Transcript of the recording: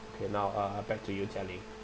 okay now uh back to you jia-ling